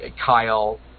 Kyle